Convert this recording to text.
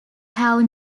have